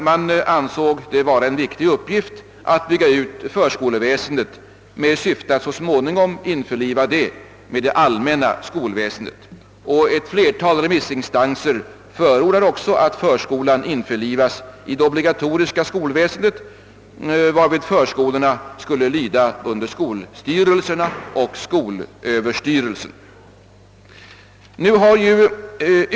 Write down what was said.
Man ansåg det vara en viktig upp gift att bygga ut förskoleväsendet med syfte att så småningom införliva det med det allmänna skolväsendet. Ett fiertal remissinstanser förordade också att förskolan skulle införlivas i det obligatoriska skolväsendet, varvid förskolorna skulle lyda under skolstyrelserna och skolöverstyrelsen.